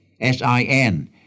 S-I-N